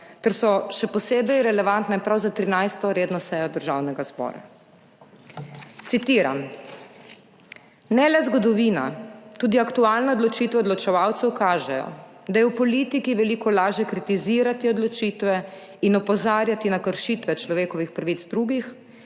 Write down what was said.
in so še posebej relevantne prav za 13. redno sejo Državnega zbora. Citiram: »Ne le zgodovina, tudi aktualne odločitve odločevalcev kažejo, da je v politiki veliko lažje kritizirati odločitve in opozarjati na kršitve človekovih pravic drugih,